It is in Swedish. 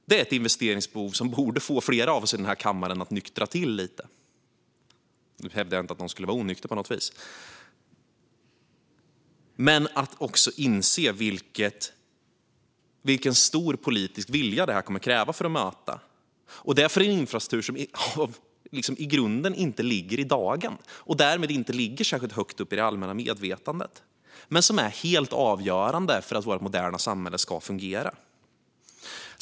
Nu hävdar jag inte att någon här i kammaren skulle vara onykter på något vis, men det här är ett investeringsbehov som borde får fler av oss att nyktra till lite och också inse vilken stor politisk vilja som kommer att krävas, detta för en infrastruktur som liksom inte ligger i dagen och därmed inte heller ligger särskilt högt upp i det allmänna medvetandet. Ändå är den helt avgörande för att vårt moderna samhälle ska fungera.